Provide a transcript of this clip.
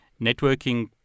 networking